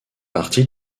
partie